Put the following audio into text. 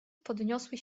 podniosły